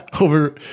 Over